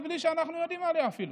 מבלי שאנחנו יודעים עליה אפילו.